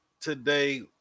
today